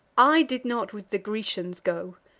i did not with the grecians go,